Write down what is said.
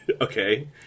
Okay